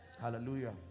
Hallelujah